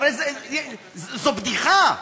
הרי זו בדיחה.